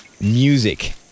music